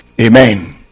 Amen